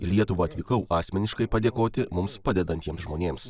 į lietuvą atvykau asmeniškai padėkoti mums padedantiems žmonėms